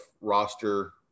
roster